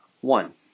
One